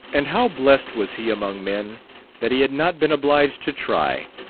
and how blessed was he among men that he had not been obliged to try!